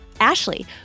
Ashley